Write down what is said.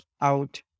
out